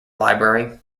library